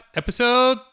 episode